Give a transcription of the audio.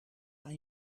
aan